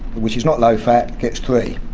which is not low-fat, gets three.